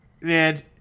Man